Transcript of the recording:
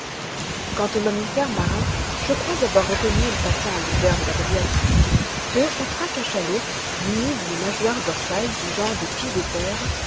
quant aux mammifères marins je crois avoir reconnu en passant à l'ouvert de l'adriatique deux ou trois cachalots munis d'une nageoire dorsale du genre des